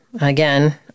again